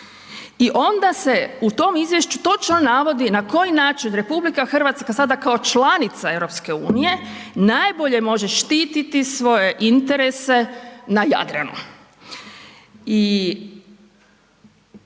I onda se u tom izvješću točno navodi na koji način RH sada kao članica EU najbolje može štititi svoje interese na Jadranu.